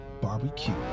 Barbecue